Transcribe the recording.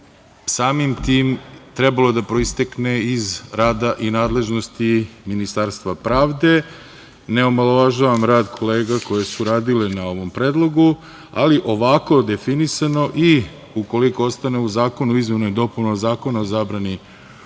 samim tim trebalo je da proistekne iz rada i nadležnosti Ministarstva pravde. Ne omalovažavam rad kolega koje su radile na ovom predlogu, ali ovako definisano i ukoliko ostane u zakonu o izmenama i dopunama Zakona o zabrani